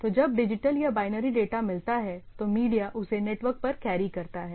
तो जब डिजिटल या बाइनरी डेटा मिलता है तो मीडिया उसे नेटवर्क पर कैरी करता है